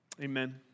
Amen